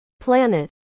Planet